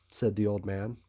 said the old man.